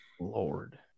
Lord